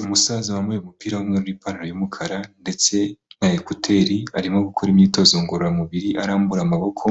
Umusaza wambaye umupira w'umweru ipantaro y'umukara ndetse na ekuteri, arimo gukora imyitozo ngororamubiri, arambura amaboko,